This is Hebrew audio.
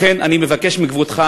לכן אני מבקש מכבודך,